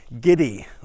giddy